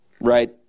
right